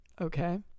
Okay